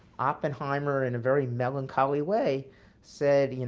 oppenheimer, in a very melancholy way said, you know,